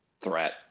threat